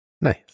Nice